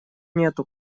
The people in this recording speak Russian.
нету